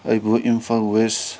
ꯑꯩꯕꯨ ꯏꯝꯐꯥꯜ ꯋꯦꯁ